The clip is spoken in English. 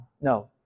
No